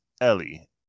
Ellie